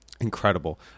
incredible